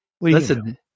Listen